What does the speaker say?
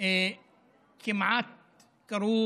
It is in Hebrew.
כמעט קרו,